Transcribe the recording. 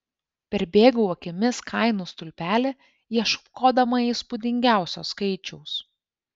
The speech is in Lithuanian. perbėgau akimis kainų stulpelį ieškodama įspūdingiausio skaičiaus